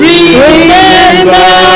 Remember